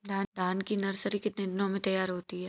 धान की नर्सरी कितने दिनों में तैयार होती है?